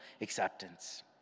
acceptance